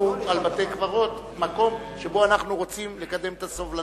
על בתי-קברות מקום שבו אנחנו רוצים לקדם את הסובלנות.